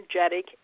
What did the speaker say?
energetic